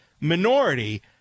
minority